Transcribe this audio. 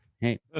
Hey